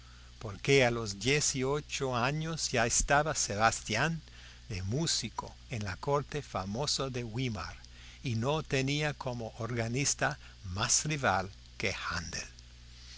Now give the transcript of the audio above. valió porque a los dieciocho años ya estaba sebastián de músico en la corte famosa de weimar y no tenía como organista más rival que haendel